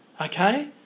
Okay